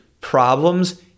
problems